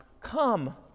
Come